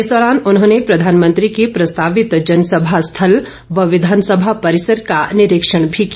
इस दौरान उन्होंने प्रधानमंत्री के प्रस्तावित जनसभा स्थल व विधानसभा परिसर का निरीक्षण भी किया